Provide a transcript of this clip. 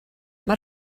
mae